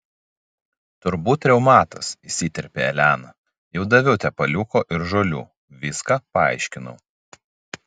turbūt reumatas įsiterpė elena jau daviau tepaliuko ir žolių viską paaiškinau